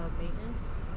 maintenance